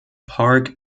parc